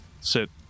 sit